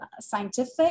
scientific